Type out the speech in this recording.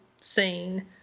scene